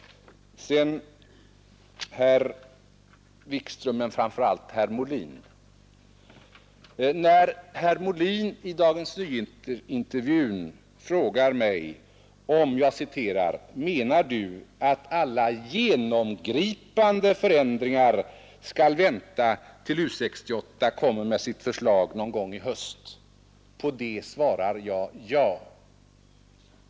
När herr Molin i DN-intervjun frågade mig: ”Menar Du att alla genomgripande förändringar skall vänta till U 68 kommer med sitt förslag någon gång i höst?” På det svarade jag ja.